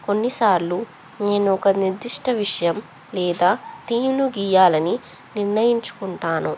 కొన్నిసార్లు నేను ఒక నిర్దిష్ట విషయం లేదా థీమ్ను గీయాలని నిర్ణయించుకుంటాను